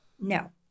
No